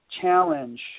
challenge